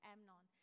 Amnon